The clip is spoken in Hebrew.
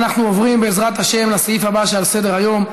אנחנו עוברים, בעזרת השם, לסעיף הבא שעל סדר-היום,